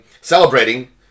celebrating